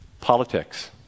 Politics